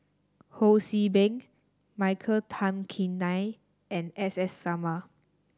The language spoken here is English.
Ho See Beng Michael Tan Kim Nei and S S Sarma